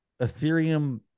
Ethereum